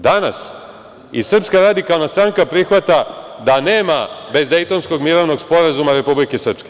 Danas Srpska radikalna stranka prihvata da nema bez Dejtonskog mirovnog sporazuma Republike Srpske.